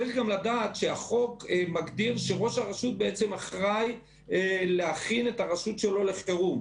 צריך גם לדעת שראש הרשות אחראי להכין את הרשות שלו לחירום.